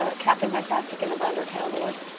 ah captain fantastic and the brown dirt cowboy,